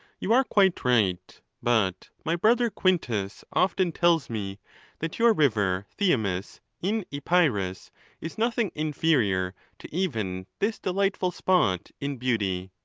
you are quite right but my brother quintus often tells me that your river thy amis in epirus is nothing inferior to even this delightful spot in beauty.